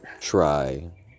try